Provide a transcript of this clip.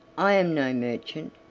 i am no merchant,